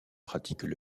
pratiquent